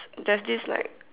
there's this like